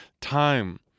time